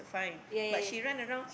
ya ya